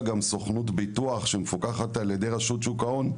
גם סוכנות ביטוח שמפוקחת על ידי רשות שוק ההון,